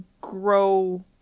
grow